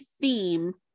theme